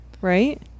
right